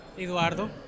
Eduardo